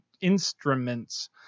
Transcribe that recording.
Instruments